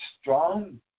strong